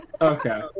okay